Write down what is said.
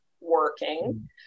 working